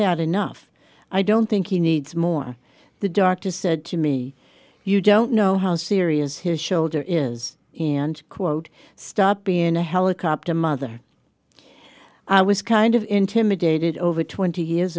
had enough i don't think he needs more the doctor said to me you don't know how serious his shoulder is and quote stop being a helicopter mother i was kind of intimidated over twenty years